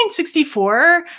1964